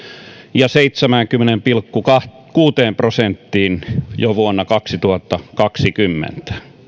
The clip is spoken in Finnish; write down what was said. ja seitsemäänkymmeneenkahteen pilkku kuuteen prosenttiin jo vuonna kaksituhattakaksikymmentä